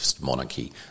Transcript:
monarchy